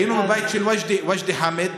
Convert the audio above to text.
היינו בבית של וג'די חאמד.